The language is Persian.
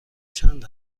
چند